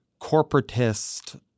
corporatist